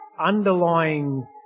underlying